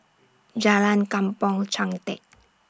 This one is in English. Jalan Kampong Chantek